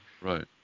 right